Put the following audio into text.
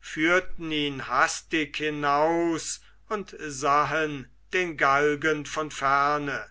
führten ihn hastig hinaus und sahen den galgen von ferne